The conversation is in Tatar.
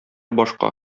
башка